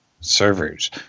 servers